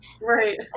right